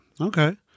okay